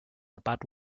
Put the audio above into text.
about